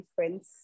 difference